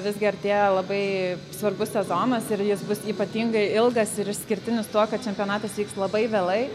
visgi artėja labai svarbus sezonas ir jis bus ypatingai ilgas ir išskirtinis tuo kad čempionatas vyks labai vėlai